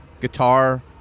guitar